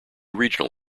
regional